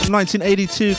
1982